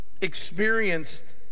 experienced